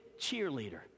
cheerleader